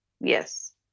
yes